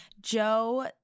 joe